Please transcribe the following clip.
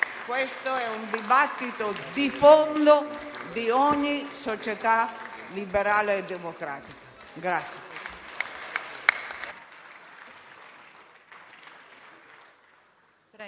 questo è un dibattito di fondo di ogni società liberale e democratica.